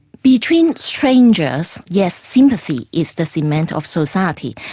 between strangers, yes, sympathy is the cement of society.